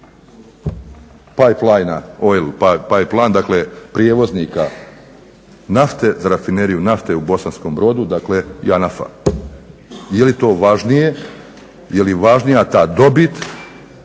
…, pa je plan dakle prijevoznika nafte za rafineriju nafte u Bosanskom Brodu dakle JANAF-a. Je li to važnije, je li važnija ta dobit